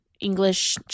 English